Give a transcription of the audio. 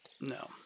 No